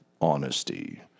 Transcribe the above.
honesty